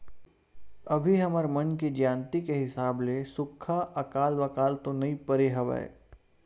अभी हमर मन के जानती के हिसाब ले सुक्खा अकाल वकाल तो नइ परे हवय